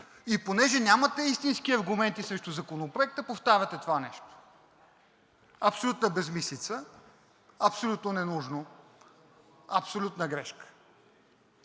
и понеже нямате истински аргументи срещу Законопроекта, повтаряте това нещо. Абсолютна безсмислица, абсолютно ненужно, абсолютна грешка.